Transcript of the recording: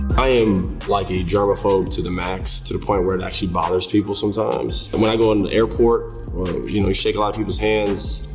i am like a germophobe to the max to the point where it actually bothers people sometimes. and when i go in an airport or, you know, you shake a lot of people's hands,